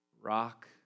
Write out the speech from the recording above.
rock